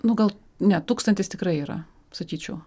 nu gal ne tūkstantis tikrai yra sakyčiau